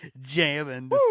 jamming